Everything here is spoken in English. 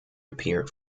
appeared